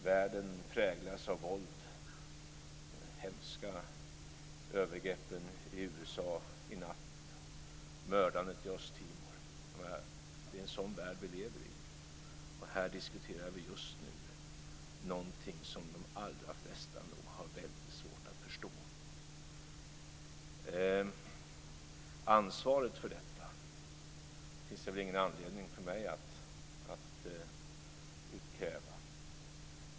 Världen präglas av våld: de hemska övergreppen i USA i natt, mördandet i Östtimor. Det är en sådan värld som vi lever i. Och här diskuterar vi just nu någonting som de allra flesta nog har väldigt svårt att förstå. Ansvaret för detta finns det ingen anledning för mig att utkräva.